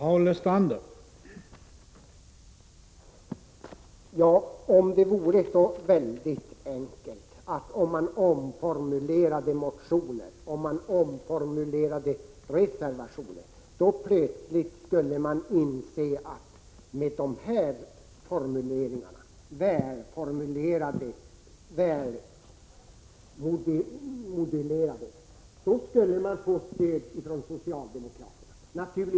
Herr talman! Om det ändå vore så enkelt att man genom att omformulera motioner och reservationer kunde få stöd från socialdemokraterna!